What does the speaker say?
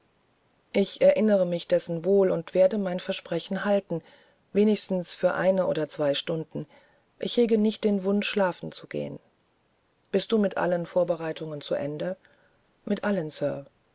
ich erinnere mich dessen wohl und ich werde mein versprechen halten wenigstens für eine oder zwei stunden ich hege nicht den wunsch schlafen zu gehen bist du mit allen vorbereitungen zu ende mit allen